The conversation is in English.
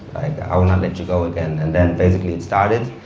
i will not let you go again, and then basically it started.